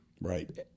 Right